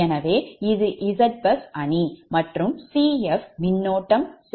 எனவே இது ZBus அணி மற்றும் Cf மின்னோட்டம் செலுத்தப்படும் திசையன் ஆகும்